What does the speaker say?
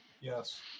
Yes